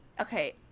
okay